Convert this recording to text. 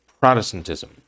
Protestantism